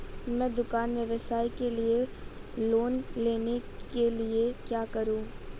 मैं दुकान व्यवसाय के लिए लोंन लेने के लिए क्या करूं?